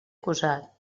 acusat